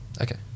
Okay